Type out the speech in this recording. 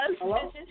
Hello